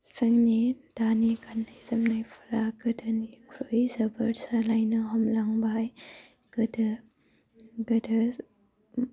जोंनि दानि गाननाय जोमनायफोरा गोदोनिख्रुइ जोबोर सोलायनो हमलांबाय गोदो गोदो